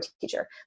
teacher